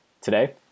Today